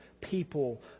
people